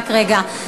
רק רגע.